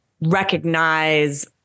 recognize